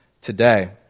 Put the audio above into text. today